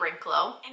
Brinklow